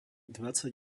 dvadsať